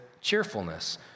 cheerfulness